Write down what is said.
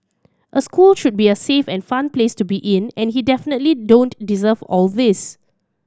a school should be a safe and fun place to be in and he definitely don't deserve all these